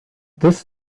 this